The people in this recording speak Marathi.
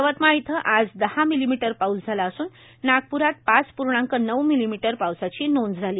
यवतमाळ इथं आज दहा मिलिमीटर पाऊस झाला असून नागप्रात पाच पूर्णांक नऊ मिलिमीटर पावसाची नोंद झाली